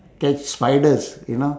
catch spiders you know